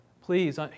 Please